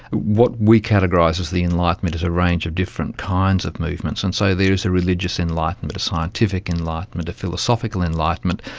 what we categorise as the enlightenment is a range of different kinds of movements. and so there is a religious enlightenment, a scientific enlightenment, a philosophical enlightenment,